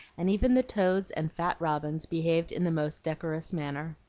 and even the toads and fat robins behaved in the most decorous manner.